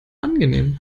angenehm